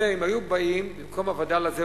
אם היו באים ובמקום הווד"ל הזה,